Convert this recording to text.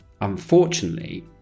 Unfortunately